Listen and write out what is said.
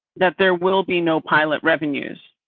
that there will be no pilot revenues